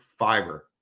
Fiber